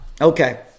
Okay